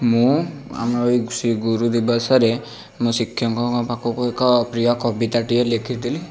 ମୁଁ ଆମ ଏଇ ସେଇ ଗୁରୁଦିବସରେ ମୁଁ ଶିକ୍ଷକଙ୍କ ପାଖକୁ ଏକ ପ୍ରିୟ କବିତାଟିଏ ଲେଖିଥିଲି